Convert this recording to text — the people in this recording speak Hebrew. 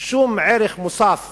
שום ערך מוסף